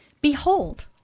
Behold